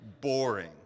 boring